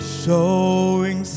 showing